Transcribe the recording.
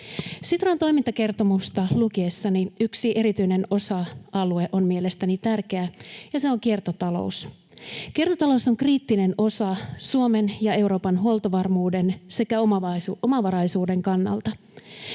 Sitran toimintakertomusta lukiessani yksi erityinen osa-alue on mielestäni tärkeä, ja se on kiertotalous. Kiertotalous on kriittinen osa Suomen ja Euroopan huoltovarmuuden sekä omavaraisuuden kannalta.